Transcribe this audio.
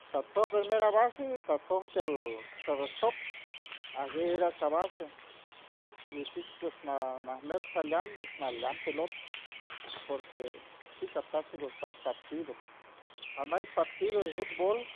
Satso primera base satso tiold tiolestoc aguey era shabase mishicso nal mel nalambe nalam pelot porque shigata shigustar partido anay partido de futbool